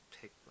pick